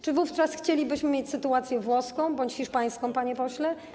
Czy wówczas chcielibyśmy mieć sytuację włoską bądź hiszpańską, panie pośle?